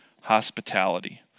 hospitality